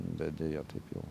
bet deja taip jau